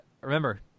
remember